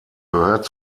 gehört